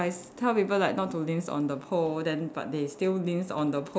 tell people that not to leans on the pole then but they still leans on the pole